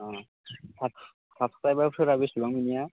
अ साब साबस्क्राइबारफोरा बिसिबां बिनिया